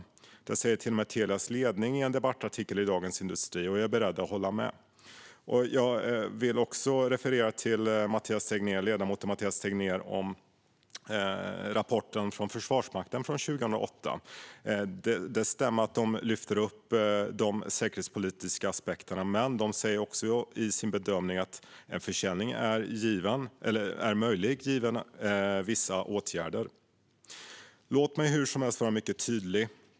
Det säger till och med Telias ledning i en debattartikel i Dagens industri. Jag är beredd att hålla med. Jag vill också referera till ledamoten Mathias Tegnér när det gäller rapporten från Försvarsmakten från 2008. Det stämmer att de lyfter upp de säkerhetspolitiska aspekterna, men de säger också i sin bedömning att en försäljning är möjlig givet vissa åtgärder. Låt mig hur som helst vara mycket tydlig.